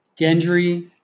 Gendry